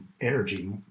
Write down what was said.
energy